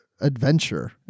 adventure